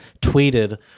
tweeted